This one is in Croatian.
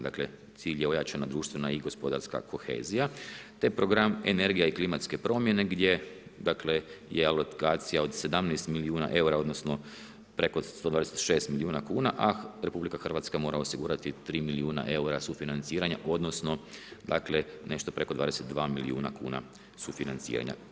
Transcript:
Dakle, cilj je ojačana društvena i gospodarska kohezija, te program energija i klimatske promjene gdje je alokacija od 17 milijuna eura odnosno preko 126 milijuna kuna, a RH mora osigurati 3 milijuna eura sufinanciranja odnosno nešto preko 22 milijuna kuna sufinanciranja.